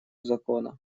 закона